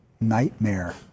nightmare